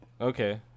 Okay